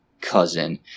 cousin